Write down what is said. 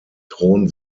thron